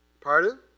Pardon